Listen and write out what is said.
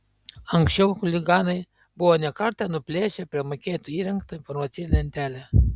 anksčiau chuliganai buvo ne kartą nuplėšę prie maketo įrengtą informacinę lentelę